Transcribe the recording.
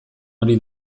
hori